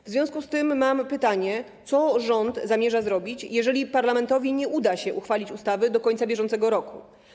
W związku z tym mam pytanie: Co rząd zamierza zrobić, jeżeli parlamentowi nie uda się uchwalić ustawy do końca bieżącego roku?